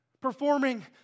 Performing